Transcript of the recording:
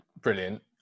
brilliant